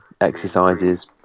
exercises